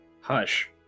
Hush